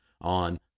on